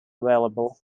available